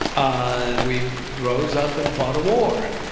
ah we rose up and fought a war.